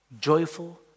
joyful